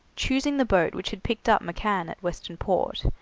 choosing the boat which had picked up mccann at western port,